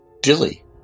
Dilly